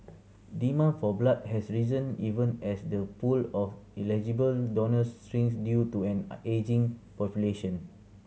demand for blood has risen even as the pool of eligible donors shrinks due to an a ageing population